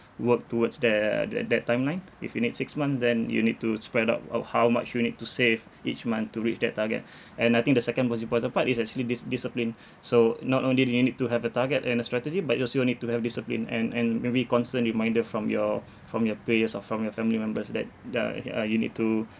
work towards tha~ tha~ that timeline if you need six month then you need to spread out of how much you need to save each month to reach that target and I think the second most important part is actually dis~ discipline so not only do you need to have a target and a strategy but you also need to have discipline and and maybe constant reminder from your from your peers or from your family members that uh uh you need to